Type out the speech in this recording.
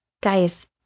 Guys